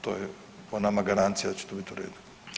To je po nama garancija da će to biti u redu.